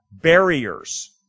barriers